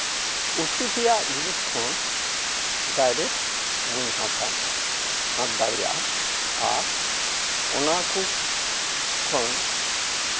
ᱩᱛᱩ ᱛᱮᱭᱟᱜ ᱡᱤᱱᱤᱥ ᱠᱷᱚᱱ ᱰᱟᱭᱨᱮᱠᱴ ᱵᱚᱱ ᱦᱟᱛᱟ ᱦᱟᱛ ᱫᱟᱲᱮᱭᱟᱜᱼᱟ ᱟᱨ ᱚᱱᱟ ᱠᱚ ᱠᱷᱚᱱ